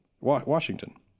Washington